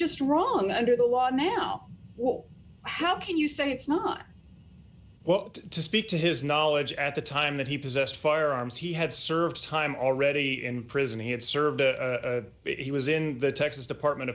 just wrong under the law now well how can you say it's not what to speak to his knowledge at the time that he possessed firearms he had served time already in prison he had served a bit he was in the texas department